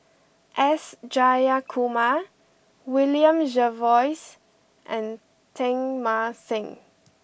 S Jayakumar William Jervois and Teng Mah Seng